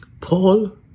Paul